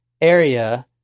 area